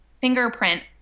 fingerprint